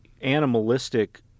animalistic